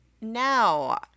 now